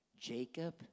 Jacob